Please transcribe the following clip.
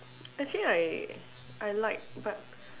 actually I I like but